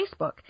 Facebook